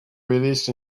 released